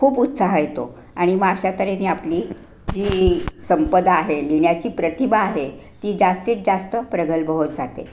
खूप उत्साह येतो आणि मग अशातऱ्हेने आपली जी संपदा आहे लिहिण्याची प्रतिभा आहे ती जास्तीत जास्त प्रगल्भ होत जाते